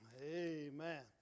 Amen